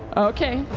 okay.